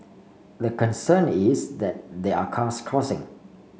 the concern is that there are cars crossing